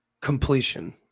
Completion